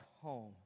home